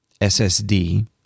SSD